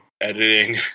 editing